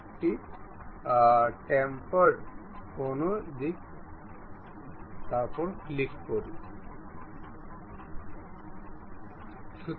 সুতরাং এই স্লটের মধ্যে এটি লোকঃ করার জন্য আমাদের আরও কিছু সীমাবদ্ধতা প্রয়োজন